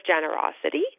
generosity